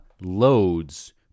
loads